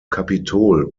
kapitol